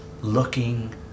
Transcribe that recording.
looking